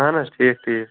اَہَن حظ ٹھیٖک ٹھیٖک